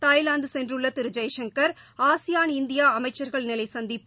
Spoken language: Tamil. தாய்லாந்து சென்றுள்ள திரு ஜெய்சங்கா் ஆசியான் இந்தியா அமைச்சா்கள் நிலை சந்திப்பு